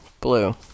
blue